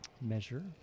measure